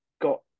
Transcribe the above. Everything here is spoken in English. got